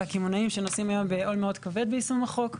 הקמעונאים שנושאים היום בעול מאוד כבד ביישום החוק.